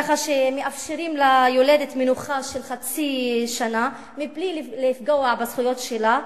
ככה שמאפשרים ליולדת מנוחה של חצי שנה בלי לפגוע בזכויות שלה.